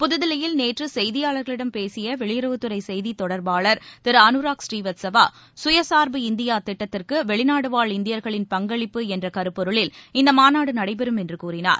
புதுதில்லியில் நேற்று செய்தியாளர்களிடம் பேசிய வெளியுறவுத்துறை செய்தி தொடர்பாளர் திரு அனுராக் ஸ்ரீவஸ்தவா சுயசார்பு இந்தியா திட்டத்திற்கு வெளிநாடுவாழ் இந்தியர்களின் பங்களிப்பு என்ற கருப்பொருளில் இந்த மாநாடு நடைபெறும் என்று கூறினார்